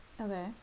Okay